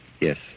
Yes